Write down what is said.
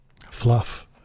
fluff